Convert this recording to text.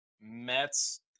Mets